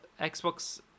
Xbox